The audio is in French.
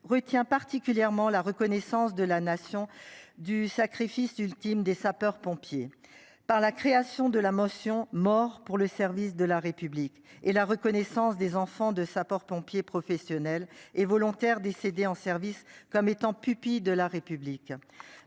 retiens particulièrement la reconnaissance de la nation du sacrifice ultime des sapeurs pompiers par la création de la motion mort pour le service de la République et la reconnaissance des enfants de sapeurs-pompiers professionnels et volontaires décédés en service comme étant pupilles de la République.